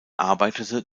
arbeitete